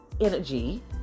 energy